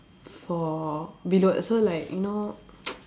for below so like you know